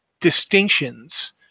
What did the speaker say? distinctions